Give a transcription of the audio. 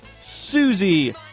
Susie